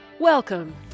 Welcome